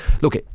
look